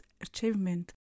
achievement